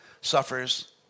suffers